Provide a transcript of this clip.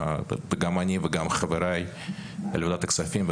גם אני וגם חבריי בוועדת הכספים,